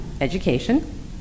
education